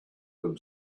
them